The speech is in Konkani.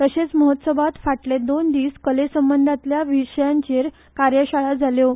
तसेच महोत्सवात फाटले दोन दिस कलेसंबंधातल्या विषयांचेर कार्यशाळा जाल्यो